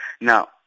Now